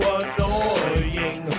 annoying